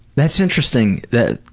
that's interesting that